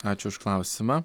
ačiū už klausimą